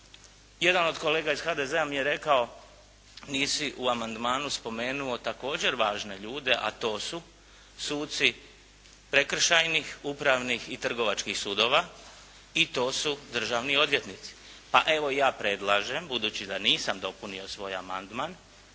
Jedan od kolega iz HDZ-a mi je rekao nisi u amandmanu spomenuo također važne ljude a to su suci prekršajnih, upravnih i trgovačkih sudova i to su državni odvjetnici. Pa evo ja predlažem budući da nisam dopunio svoj amandman,